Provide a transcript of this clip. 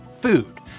food